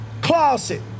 closet